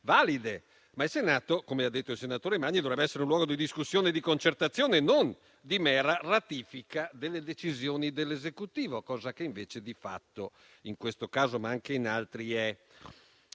valide, ma il Senato, come ha detto il senatore Magni, dovrebbe essere un luogo di discussione e di concertazione, non di mera ratifica delle decisioni dell'Esecutivo, cosa che invece di fatto, in questo caso ma anche in altri, è.